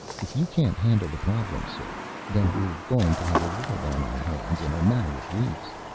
if you can't handle the problem, sir, then we're going to have a war on our hands in a matter of weeks.